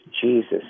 Jesus